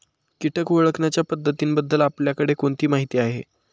कीटक ओळखण्याच्या पद्धतींबद्दल आपल्याकडे कोणती माहिती आहे?